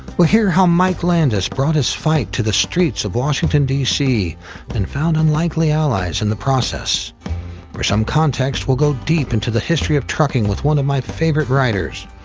we'll hear how mike landis brought his fight to the streets of washington, dc and found unlikely allies in the process for some context, we'll go deep into the history of trucking with one of my favorite writers.